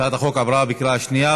הצעת החוק עברה בקריאה שנייה,